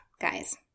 guys